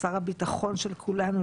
שר הביטחון של כולנו,